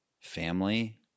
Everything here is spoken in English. family